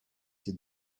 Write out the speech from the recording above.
did